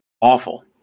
awful